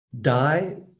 die